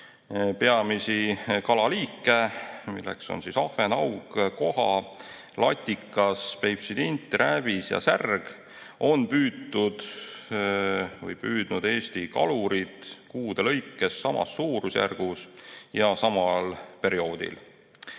Peamisi kalaliike, mis on ahven, haug, koha, latikas, Peipsi tint, rääbis ja särg, on püüdnud Eesti kalurid kuude lõikes samas suurusjärgus ja samal perioodil.